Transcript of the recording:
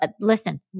Listen